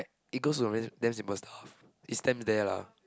it goes from very damn simple stuff it stems there lah